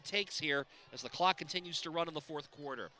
it takes here as the clock continues to run in the fourth quarter